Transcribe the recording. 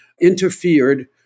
interfered